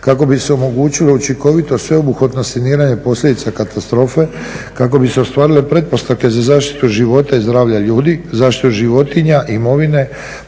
kako bi se omogućilo učinkovito sveobuhvatno saniranje posljedica katastrofe kako bi se ostvarile pretpostavke za zaštitu života i zdravlja ljudi, zaštitu životinja, imovina,